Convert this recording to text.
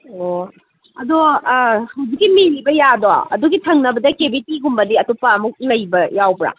ꯑꯣ ꯑꯗꯣ ꯍꯧꯖꯤꯛꯀꯤ ꯃꯦꯜꯂꯤꯕ ꯌꯥꯗꯣ ꯑꯗꯨꯒꯤ ꯊꯪꯅꯕꯗ ꯀꯦꯕꯤꯇꯤꯒꯨꯝꯕꯗꯤ ꯑꯇꯣꯞꯄ ꯑꯃꯨꯛ ꯂꯩꯕ ꯌꯥꯎꯕ꯭ꯔꯥ